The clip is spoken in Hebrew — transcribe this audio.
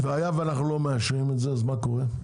והיה ואנחנו לא מאשרים את זה מה קורה?